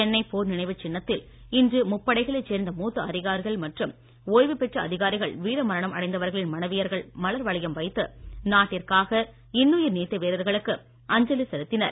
சென்னை போர் நினைவு சின்னத்தில் இன்று முப்படைகளைச் சேர்ந்த மூத்த அதிகாரிகள் மற்றும் ஓய்வு பெற்ற அதிகாரிகள் வீர மரணம் அடைந்தவர்களின் மனைவியர்கள் மலர் வளையம் வைத்து நாட்டிற்காக இன்னுயிர் நீத்த வீரர்களுக்கு அஞ்சலி செலுத்தினர்